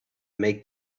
make